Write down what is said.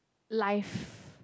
life